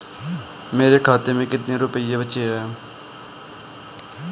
मेरे खाते में कितने रुपये बचे हैं?